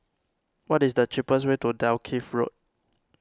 what is the cheapest way to Dalkeith Road